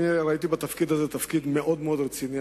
ראיתי בתפקיד הזה תפקיד מאוד רציני,